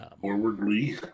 Forwardly